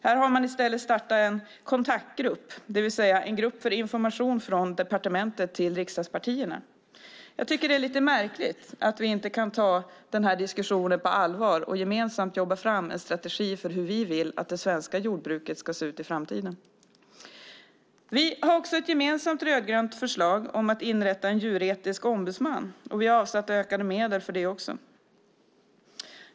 Här har man i stället startat en "kontaktgrupp", det vill säga en grupp för information från departementet till riksdagspartierna. Jag tycker att det är lite märkligt att man inte vill ta det på allvar och gemensamt arbeta fram en strategi för hur vi vill att det svenska jordbruket ska se ut i framtiden. Vi har ett gemensamt rödgrönt förslag om att inrätta en djuretisk ombudsman, och vi har avsatt ökade medel för det.